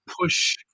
push